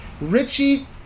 Richie